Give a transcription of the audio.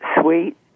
sweet